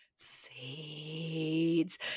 seeds